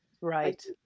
Right